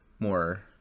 More